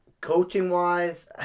coaching-wise